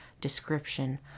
description